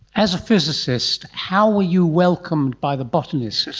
as a physicist, how were you welcomed by the botanists?